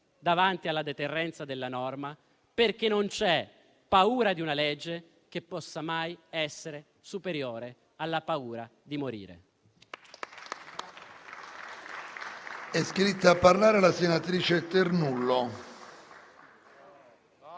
davanti alla deterrenza della norma, perché non c'è paura di una legge che possa mai essere superiore alla paura di morire.